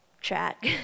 track